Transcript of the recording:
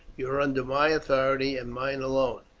you are under my authority and mine alone.